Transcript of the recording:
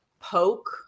poke